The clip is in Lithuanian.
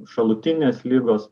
šalutinės ligos